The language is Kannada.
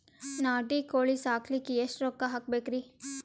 ನಾಟಿ ಕೋಳೀ ಸಾಕಲಿಕ್ಕಿ ಎಷ್ಟ ರೊಕ್ಕ ಹಾಕಬೇಕ್ರಿ?